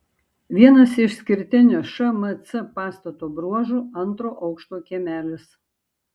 vienas išskirtinių šmc pastato bruožų antro aukšto kiemelis